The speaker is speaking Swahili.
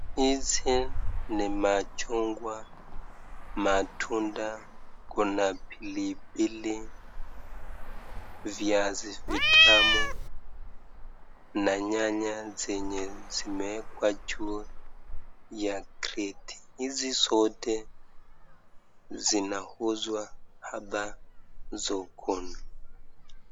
Hizi ni machungwa matunda kuna pilipili viazi vitamu na nyanya zenye zimekwaju ya kiti. Hizi zote zinahuzwa hapa zokoni.